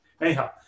Anyhow